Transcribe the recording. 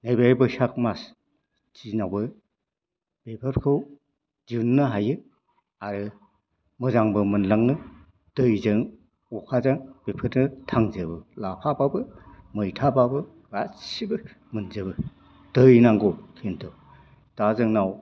नैबे बैसाग मास दिनावबो बेफोरखौ दिहुननो हायो आरो मोजांबो मोनलाङो दैजो अखाजो थांजोबो लाफाबाबो मैथाबाबो गासिबो मोनजोबो दै नांगौ खिन्थु दा जोंनाव